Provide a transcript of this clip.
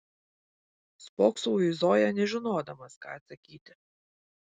spoksau į zoją nežinodamas ką atsakyti